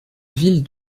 ville